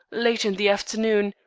late in the afternoon,